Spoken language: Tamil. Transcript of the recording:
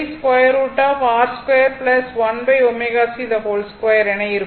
sin θ என்பது என இருக்கும்